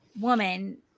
woman